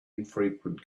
infrequent